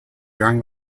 during